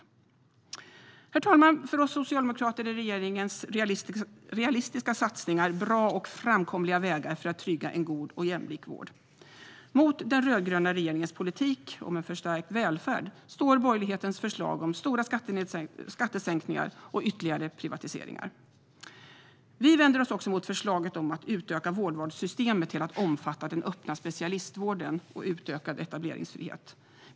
Herr talman! För oss socialdemokrater är regeringens realistiska satsningar bra och framkomliga vägar för att trygga en god och jämlik vård. Mot den rödgröna regeringens politik om en förstärkt välfärd står borgerlighetens förslag om stora skattesänkningar och ytterligare privatiseringar. Vi vänder oss också mot förslaget om att utöka vårdvalssystemet till att omfatta den öppna specialistvården och utökad etableringsfrihet.